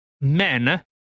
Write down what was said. men